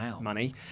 money